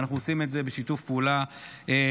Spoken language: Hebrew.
ואנחנו עושים את זה בשיתוף פעולה בוועדה,